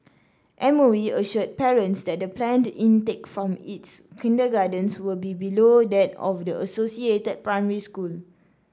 M O E assured parents that the planned intake from its kindergartens will be below that of the associated primary school